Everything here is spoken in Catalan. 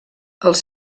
els